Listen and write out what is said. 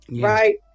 right